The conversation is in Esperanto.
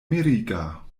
miriga